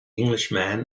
englishman